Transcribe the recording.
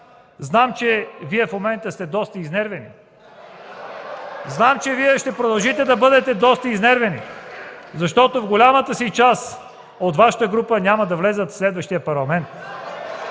Знам, че Вие в момента сте доста изнервени. (Смях в КБ.) Знам, че ще продължите да бъдете доста изнервени, защото голяма част от Вашата група няма да влезе в следващия парламент.